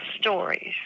stories